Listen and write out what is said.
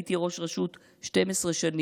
הייתי ראש רשות 12 שנים.